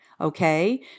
okay